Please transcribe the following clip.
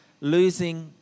losing